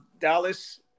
Dallas